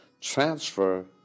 transfer